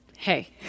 Hey